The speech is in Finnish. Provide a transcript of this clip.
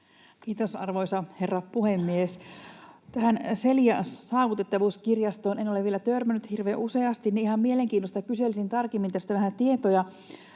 Kiitos, arvoisa herra puhemies! Tähän Saavutettavuuskirjasto Celiaan en ole vielä törmännyt hirveän useasti, joten ihan mielenkiinnosta kyselisin tarkemmin tästä vähän tietoja.